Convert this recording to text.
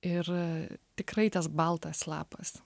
ir a tikrai tas baltas lapas